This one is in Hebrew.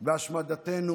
בהשמדתנו.